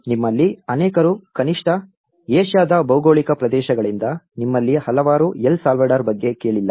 ನಿಮ್ಮಲ್ಲಿ ಅನೇಕರು ಕನಿಷ್ಠ ಏಷ್ಯಾದ ಭೌಗೋಳಿಕ ಪ್ರದೇಶಗಳಿಂದ ನಿಮ್ಮಲ್ಲಿ ಹಲವರು L ಸಾಲ್ವಡಾರ್ ಬಗ್ಗೆ ಕೇಳಿಲ್ಲ